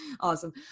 Awesome